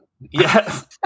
yes